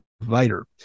provider